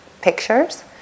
pictures